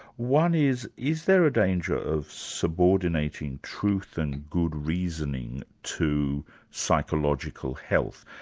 one is, is there a danger of subordinating truth and good reasoning to psychological health?